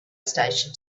station